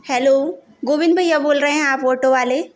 hello Govind भैया बोल रहें है आप ऑटो वाले